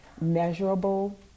measurable